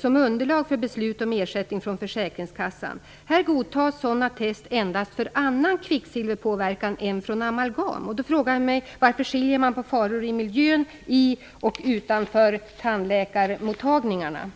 som underlag för beslut om ersättning från försäkringskassan. Här godtas sådana test endast för annan kvicksilverpåverkan än från amalgam. Jag vill fråga varför man skiljer mellan faror i miljön beroende på om de förekommer inom respektive utanför tandläkarmottagningarna.